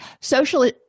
social